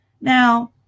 Now